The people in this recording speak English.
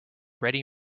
ready